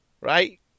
Right